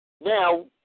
Now